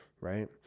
right